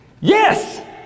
yes